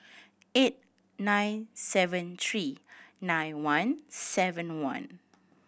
eight nine seven three nine one seven one